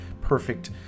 perfect